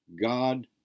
God